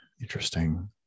Interesting